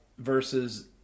Versus